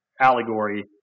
allegory